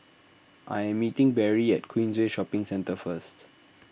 I am meeting Berry at Queensway Shopping Centre first